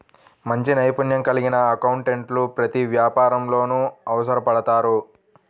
మంచి నైపుణ్యం కలిగిన అకౌంటెంట్లు ప్రతి వ్యాపారంలోనూ అవసరపడతారు